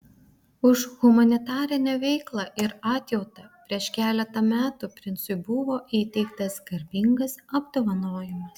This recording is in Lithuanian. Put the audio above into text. už humanitarinę veiklą ir atjautą prieš keletą metų princui buvo įteiktas garbingas apdovanojimas